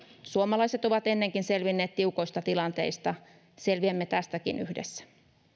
suomalaiset ovat ennenkin selvinneet tiukoista tilanteista selviämme tästäkin yhdessä